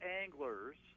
anglers